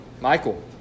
Michael